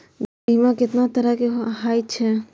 बीमा केतना तरह के हाई छै?